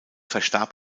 verstarb